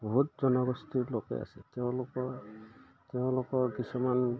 বহুত জনগোষ্ঠীৰ লোকে আছে তেওঁলোকৰ তেওঁলোকৰ কিছুমান